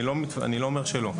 אני לא אומר שלא.